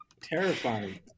Terrifying